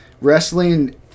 Wrestling